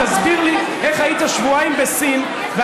תסביר לי איך היית שבועיים בסין, שבוע.